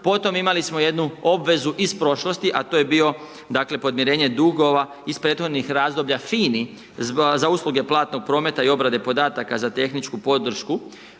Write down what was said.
potom imali smo jednu obvezu iz prošlosti, a to je bio dakle podmirenje dugova iz prethodnih razdoblja FINI za usluge platnog prometa i obrade podataka za tehničku podršku